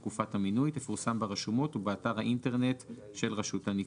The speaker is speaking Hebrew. תקופת המינוי תפורסם ברשומות ובאתר האינטרנט של רשות הניקוז.